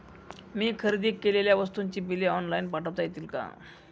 मी खरेदी केलेल्या वस्तूंची बिले ऑनलाइन पाठवता येतील का?